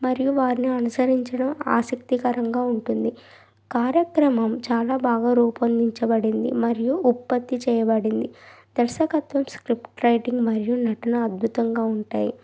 మరియు వారిని అనుసరించడం ఆసక్తికరంగా ఉంటుంది కార్యక్రమం చాలా బాగా రూపొందించ బడింది మరియు ఉత్పత్తి చేయబడింది దర్శకత్వం స్క్రిప్ట్ రైటింగ్ మరియు నటన అద్భుతంగా ఉంటాయి